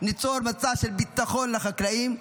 ניצור מצב של ביטחון לחקלאים,